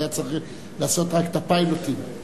היה צריך לעשות רק את הפיילוטים.